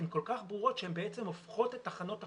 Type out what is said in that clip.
הן כל כך ברורות שהן בעצם הופכות את תחנות הכוח,